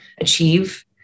achieve